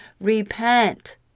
Repent